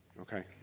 Okay